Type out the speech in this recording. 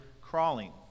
crawling